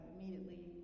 immediately